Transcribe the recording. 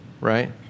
Right